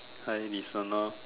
hi listener